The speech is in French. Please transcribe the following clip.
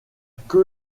que